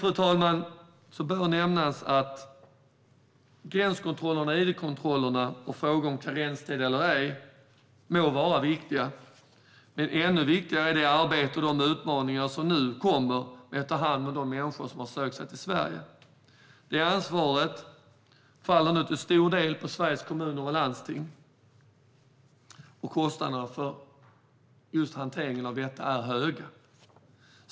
Slutligen bör nämnas att gränskontrollerna och id-kontrollerna och frågan om karenstid eller ej må vara viktiga, men ännu viktigare är det arbete och de utmaningar som vi nu står inför med att ta hand om de människor som har sökt sig till Sverige. Det ansvaret faller nu till stor del på Sveriges kommuner och landsting, och kostnaderna för denna hantering är höga.